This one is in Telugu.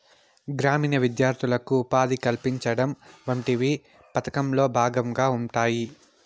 గ్రామీణ విద్యార్థులకు ఉపాధి కల్పించడం వంటివి పథకంలో భాగంగా ఉంటాయి